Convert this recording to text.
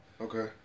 Okay